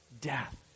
death